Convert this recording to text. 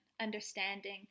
understanding